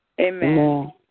Amen